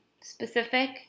Specific